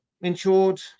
insured